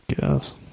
guess